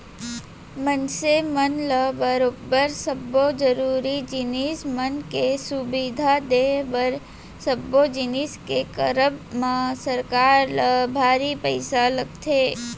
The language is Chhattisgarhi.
मनसे मन ल बरोबर सब्बो जरुरी जिनिस मन के सुबिधा देय बर सब्बो जिनिस के करब म सरकार ल भारी पइसा लगथे